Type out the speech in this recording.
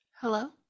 hello